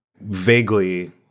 Vaguely